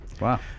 Wow